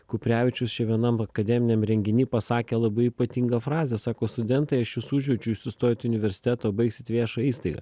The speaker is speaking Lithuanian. kuprevičius čia vienam akademiniam renginy pasakė labai ypatingą frazę sako studentai aš jus užjaučiu jūs įstojot į universitetą o baigsit viešą įstaigą